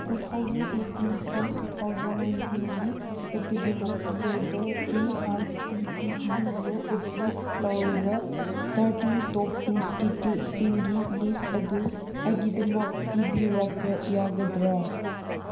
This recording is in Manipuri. two thousand eighteen two two thousand ꯅꯥꯏꯟꯇꯤꯟꯒꯤ ꯑꯦꯀꯥꯗꯃꯤꯛ ꯏꯌꯔꯗ ꯑꯦ ꯑꯥꯏ ꯁꯤ ꯇꯤ ꯏꯅ ꯑꯦꯄ꯭ꯔꯨꯞ ꯇꯧꯔꯕ ꯊꯥꯔꯇꯤꯟ ꯇꯣꯞ ꯏꯟꯁꯇꯤꯇ꯭ꯌꯨꯠꯁꯤꯡꯒꯤ ꯂꯤꯁ ꯑꯗꯨ ꯑꯩꯒꯤꯗꯃꯛ ꯊꯤꯕꯤꯔꯛꯄ ꯌꯥꯒꯗ꯭ꯔꯥ